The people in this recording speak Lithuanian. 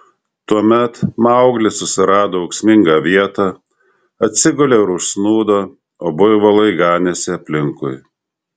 tuomet mauglis susirado ūksmingą vietą atsigulė ir užsnūdo o buivolai ganėsi aplinkui